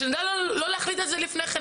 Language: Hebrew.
שנדע לא להחליט על זה לפני כן.